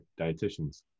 dietitians